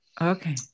Okay